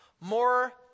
more